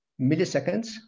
milliseconds